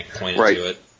Right